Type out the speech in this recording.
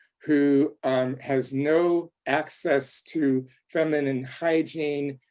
who has no access to feminine and hygiene